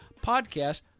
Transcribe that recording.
podcast